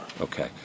Okay